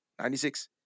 96